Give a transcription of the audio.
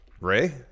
Ray